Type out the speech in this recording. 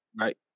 right